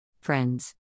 Friends